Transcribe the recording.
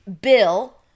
bill